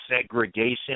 segregation